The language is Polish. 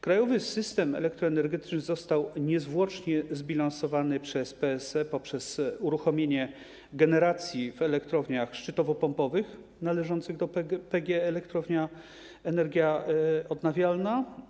Krajowy system elektroenergetyczny został niezwłocznie zbilansowany przez PSE poprzez uruchomienie generacji w elektrowniach szczytowo-pompowych należących do PGE Energia Odnawialna.